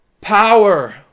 power